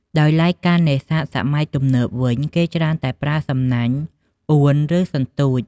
ដោយឡែកការនេសាទសម័យទំនើបវិញ គេច្រើនតែប្រើសំណាញ់ អួន ឬ សន្ទូច។